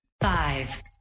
Five